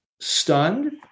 stunned